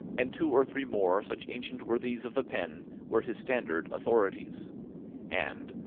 and two or three more such ancient worthies of the pen, were his standard authorities and,